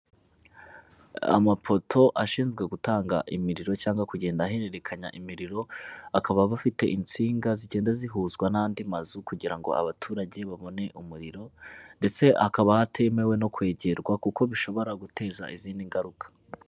Amapoto ashinzwe gutanga imiriro cyangwa kugenda ahererekanya imiriro, bakaba bafite insinga zigenda zihuzwa n'andi mazu kugira ngo abaturage babone umuriro, ndetse hakaba hatemewe no kwegerwa kuko bishobora guteza izindi ngaruka.